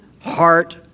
heart